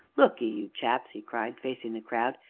look ee, you chaps, he cried, facing the crowd,